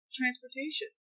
transportation